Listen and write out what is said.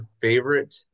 favorite